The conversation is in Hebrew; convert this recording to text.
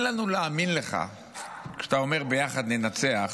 תן לנו להאמין לך כשאתה אומר ביחד ננצח,